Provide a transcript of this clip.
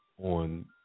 on